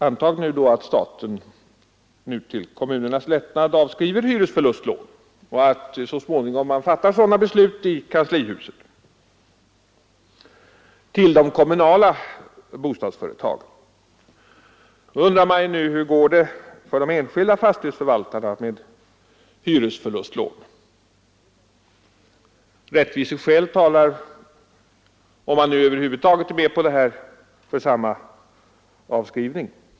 Antag att man så småningom fattar sådana beslut i kanslihuset att staten till kommunernas lättnad avskriver hyresförlustlånen till de kommunala bostadsföretagen. Då undrar jag: Hur går det för de enskilda fastighetsförvaltarna med hyresförlustlån? Om man över huvud taget är med på den här lösningen talar rättviseskäl för samma avskrivning.